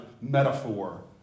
metaphor